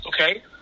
Okay